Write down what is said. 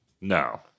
no